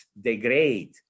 degrade